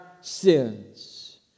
sins